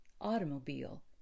automobile